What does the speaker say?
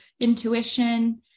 intuition